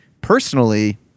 personally